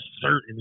certain